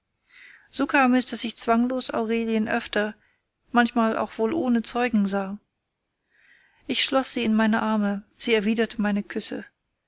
so kam es daß ich zwanglos aurelien öfter manchmal auch wohl ohne zeugen sah ich schloß sie in meine arme sie erwiderte meine küsse